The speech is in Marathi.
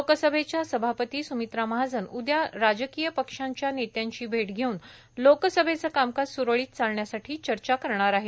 लोकसभेच्या सभापती स्मित्रा महाजन उद्या राजकीय पक्षांच्या नेत्यांची भेट घेऊन लोकसभेचं कामकाज सुरळीत चालण्यासाठी चर्चा करणार आहेत